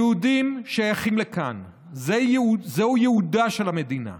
היהודים שייכים לכאן, זהו ייעודה של המדינה,